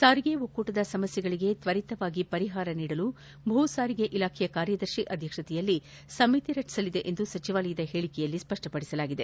ಸಾರಿಗೆ ಒಕ್ಕೂಟದ ಸಮಸ್ವೆಗಳಿಗೆ ತ್ವರಿತವಾಗಿ ಪರಿಹಾರ ನೀಡಲು ಭೂ ಸಾರಿಗೆ ಇಲಾಖೆಯ ಕಾರ್ನದರ್ಶಿ ಅಧ್ಯಕ್ಷತೆಯಲ್ಲಿ ಸಮಿತಿ ರಚಿಸಲಿದೆ ಎಂದು ಸಚಿವಾಲಯದ ಹೇಳಿಕೆಯಲ್ಲಿ ಸ್ಪಷ್ಪಡಿಸಿದೆ